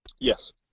Yes